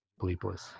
bleepless